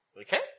Okay